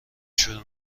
شروع